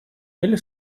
или